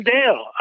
Dale